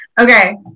Okay